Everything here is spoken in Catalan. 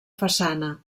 façana